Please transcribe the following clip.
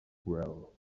grow